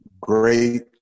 great